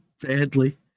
badly